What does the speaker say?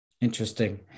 Interesting